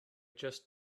just